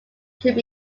should